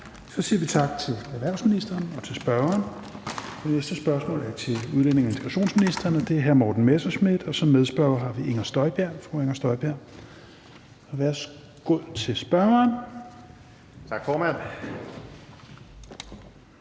Så siger vi tak til erhvervsministeren og til spørgeren. Det næste spørgsmål er til udlændinge- og integrationsministeren, og det er stillet af hr. Morten Messerschmidt, og som medspørger har vi fru Inger Støjberg. Kl. 17:29 Spm. nr.